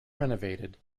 renovated